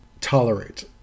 tolerate